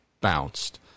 bounced